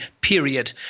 period